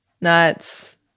nuts